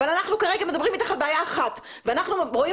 אבל אנחנו כרגע מדברים אתך על בעיה אחת ואנחנו רואים